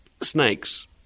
snakes